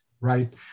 right